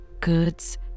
goods